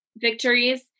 victories